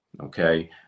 Okay